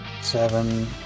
seven